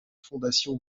fondation